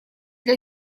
для